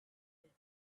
lit